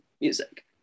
music